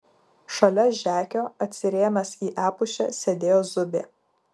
šalia žekio atsirėmęs į epušę sėdėjo zubė